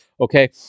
Okay